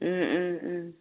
उम उम उम